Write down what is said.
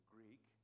Greek